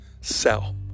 sell